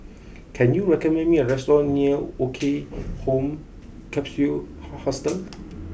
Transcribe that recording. can you recommend me a restaurant near Woke Home Capsule Ha Hostel